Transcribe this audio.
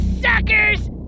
suckers